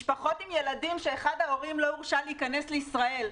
משפחות עם ילדים שאחד הילדים לא הורשה להיכנס לישראל,